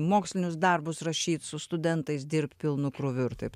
mokslinius darbus rašyt su studentais dirbt pilnu krūviu ir taip